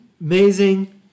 Amazing